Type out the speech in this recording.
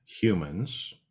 humans